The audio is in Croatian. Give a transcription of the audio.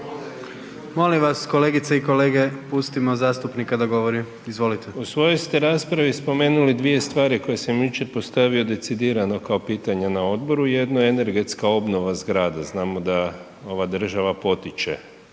Molim vas kolegice i kolege pustimo zastupnika da govori. Izvolite. **Brumnić, Zvane (SDP)** U svojoj ste raspravi spomenuli dvije stvari koje sam jučer postavio decidirano kao pitanja na odboru, jedno je energetska obnova zgrada, znamo da ova država potiče